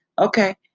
Okay